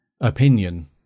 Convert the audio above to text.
opinion